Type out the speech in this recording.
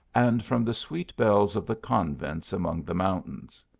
and from the sweet bells of the convents among the mountains.